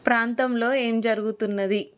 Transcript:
ప్రాంతంలో ఏం జరుగుతున్నది